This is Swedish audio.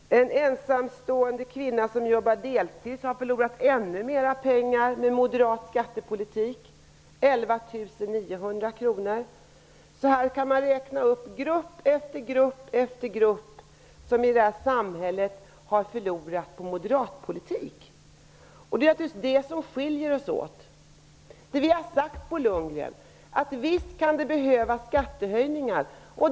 En ensamstående kvinna som jobbar deltid har förlorat ännu mera pengar med moderat skattepolitik -- 11 900 kr. Man kan räkna upp grupp efter grupp i samhället som har förlorat på moderat politik. Det är naturligtvis det som skiljer oss åt. Det vi har sagt, Bo Lundgren, är att det visst kan behövas skattehöjningar.